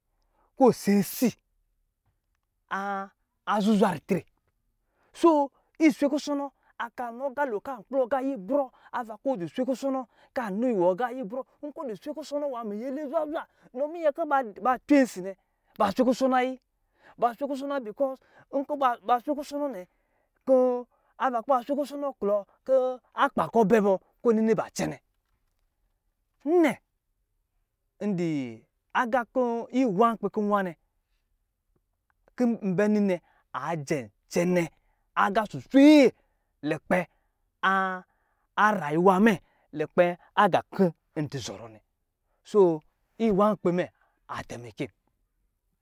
Kɔ̄ ɔ secsi an an zuzwa ritre, soo iswe kusono a kan nɔ agalo kan kplɔ aga yibrɔ, ava kɔ̄ ɔ di swe kusono kan nɔ wɔ aga yibrɔ, nkɔ̄ di swe kusono nwǎ miyɛlɛ zwazwa, nɔ minyɛ kɔ̄ ba ba cwe si nɛ, ba swe kusono iyi, ba swe kusono because nkɔ̄ ba ba swe kusono nnɛ, kɔ̌ ava kuba swe kusono klɔ, kɔ̄ akpa kɔ̄ bɛ bɔ kɔ̄ ɔ nini ba cɛnɛ. Nnɛ, n di aga kɔ̄ iwǎ nkpǐ kɔ̄ n wǎ nɛ, kɔ̌ n bɛ ni nɛ, an jɛm cɛnɛ aga suswe lukpɛ an anrayuwa mɛ lukpɛ agǎ kɔ̌ n di zɔrɔ nɛ. soo iwǎ nkpî mɛ a tɛmɛkɛm.